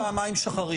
התפללתי פעמיים שחרית.